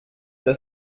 das